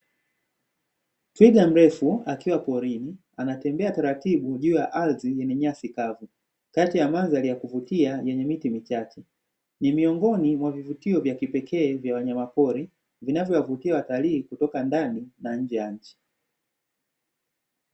Twiga mrefu akiwa porini anatembea taratibu juu ya ardhi yenye nyasi kavu, kati ya mandhari ya kuvutia yenye miti michache. Ni miongoni mwa vivutio vya kipekee vya wanyamapori, vinavyowavutia watalii kutoka ndani na nje ya nchi.